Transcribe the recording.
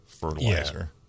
fertilizer